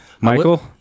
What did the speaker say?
Michael